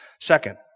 second